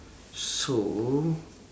so